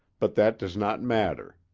but that does not matter.